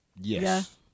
yes